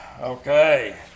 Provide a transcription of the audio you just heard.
Okay